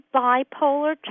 bipolar